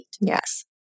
Yes